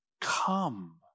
Come